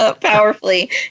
powerfully